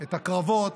את הקרבות,